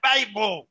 Bible